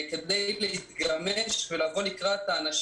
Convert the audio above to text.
אולי תציגי לנו את הנתונים וגם הוא יציג את הנתונים